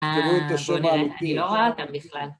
תראו את השאלה העלוכית. אני לא רואה אותם בכלל.